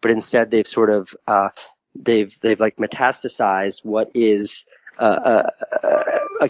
but instead they've sort of ah they've like metastasized what is a